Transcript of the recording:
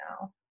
now